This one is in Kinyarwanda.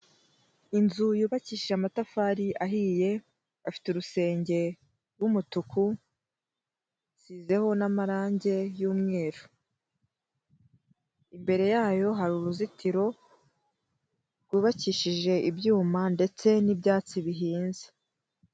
Inzu yubakishije amatafari ahiye, afite urusenge rw'umutuku isize n'amarange y'umweru, imbere yayo hari uruzitiro rwubakishije ibyuma ndetse n'ibyatsi bihinze.